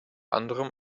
anderem